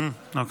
אוקיי.